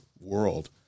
world